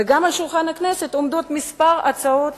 וגם על שולחן הכנסת מונחות כמה הצעות